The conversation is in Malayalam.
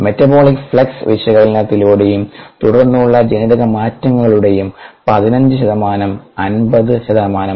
മെറ്റബോളിക് ഫ്ലക്സ് വിശകലനത്തിലൂടെയും തുടർന്നുള്ള ജനിതകമാറ്റങ്ങളിലൂടെയും 15 ശതമാനം 50 ശതമാനമായി